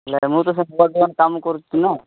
ହେଲେ ମୁଁ ତ ସେଠି ବର୍ତ୍ତମାନ କାମ କରୁଛି ନା